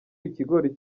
ikigori